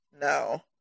no